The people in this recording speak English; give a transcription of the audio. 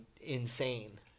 insane